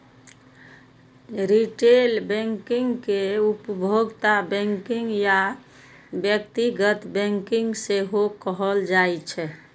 retail banking कें उपभोक्ता banking या व्यक्तिगत बैंकिंग सेहो कहल जाइ छै